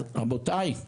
אז רבותיי,